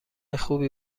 خوبی